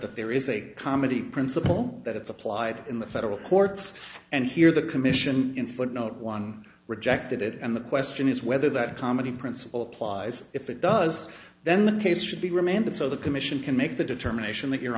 that there is a comedy principle that it's applied in the federal courts and here the commission in footnote one rejected it and the question is whether that comedy principle applies if it does then the case should be remanded so the commission can make the determination that you